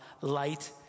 light